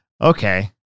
okay